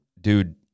dude